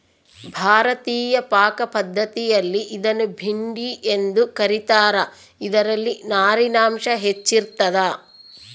ಭಾರತೀಯ ಪಾಕಪದ್ಧತಿಯಲ್ಲಿ ಇದನ್ನು ಭಿಂಡಿ ಎಂದು ಕ ರೀತಾರ ಇದರಲ್ಲಿ ನಾರಿನಾಂಶ ಹೆಚ್ಚಿರ್ತದ